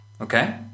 Okay